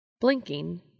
Blinking